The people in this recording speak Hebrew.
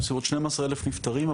בסביבות 12 אלף נפטרים,